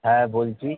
হ্যাঁ বলছি